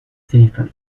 téléphone